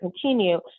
continue